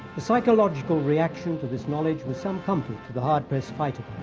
the psychological reaction to this knowledge was some comfort to the hard-pressed fighter